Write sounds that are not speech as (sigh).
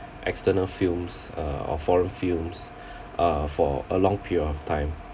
external films uh or foreign films (breath) uh for a long period of time